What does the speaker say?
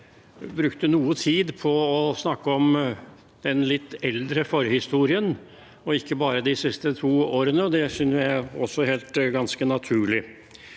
hun brukte noe tid på å snakke om den litt eldre forhistorien og ikke bare de siste to årene, og det finner jeg også ganske naturlig.